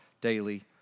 daily